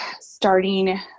starting